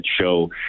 show